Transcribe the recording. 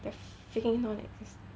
freaking annoyed